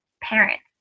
parents